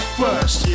first